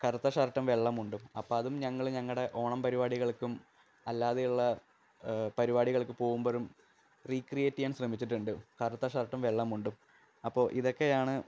കറുത്ത ഷർട്ടും വെള്ള മുണ്ടും അപ്പോൾ അതും ഞങ്ങൾ ഞങ്ങളുടെ ഓണം പരുപാടികൾക്കും അല്ലാതെയുള്ള പരുപാടികൾക്ക് പോകുമ്പോഴും റീക്രിയേറ്റ് ചെയ്യാൻ ശ്രമിച്ചിട്ടുണ്ട് കറുത്ത ഷർട്ടും വെള്ള മുണ്ടും അപ്പോൽ ഇതൊക്കെയാണ്